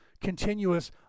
continuous